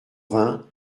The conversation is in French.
vingt